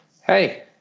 hey